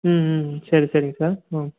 ம்ம்ம் சரி சரிங் சார் ம்